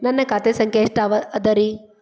ನನ್ನ ಖಾತೆ ಸಂಖ್ಯೆ ಎಷ್ಟ ಅದರಿ?